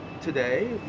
today